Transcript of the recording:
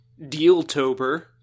dealtober